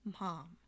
mom